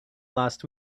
last